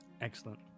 Excellent